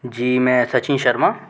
जी मैं सचिन शर्मा